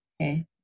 Okay